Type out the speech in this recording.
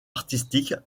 artistique